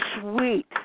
Sweet